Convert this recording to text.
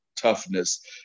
toughness